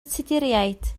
tuduriaid